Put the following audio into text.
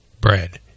bread